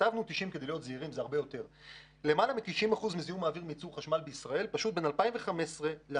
למעלה מ-90% מזיהום האוויר מייצור חשמל בישראל נעלם בין 2015 ל-2025,